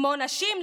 כמו נשים,